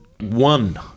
one